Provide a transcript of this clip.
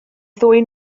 ddwy